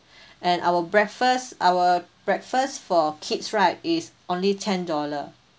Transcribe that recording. and our breakfast our breakfast for kids right is only ten dollars